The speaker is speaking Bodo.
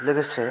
लोगोसे